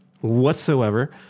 whatsoever